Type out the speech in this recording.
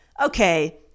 okay